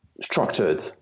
structured